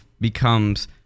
becomes